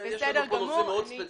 ויש לנו פה נושא מאוד ספציפי,